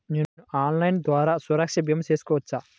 నేను ఆన్లైన్ ద్వారా సురక్ష భీమా కట్టుకోవచ్చా?